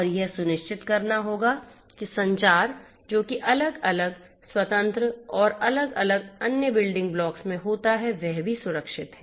और यह सुनिश्चित करना होगा कि संचारजो कि अलग अलग स्वतंत्र और अलग अलग अन्य बिल्डिंग ब्लॉक्स में होता है वे भी सुरक्षित हैं